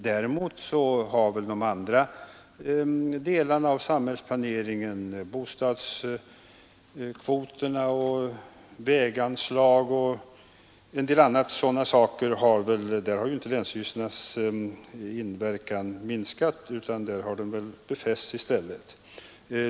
Däremot har inte länsstyrelsernas inverkan minskat på andra delar av samhällsplaneringen — bostadskvoterna, väganslag osv. — utan där har inflytandet befästs i stället.